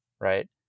right